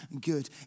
good